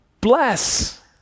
bless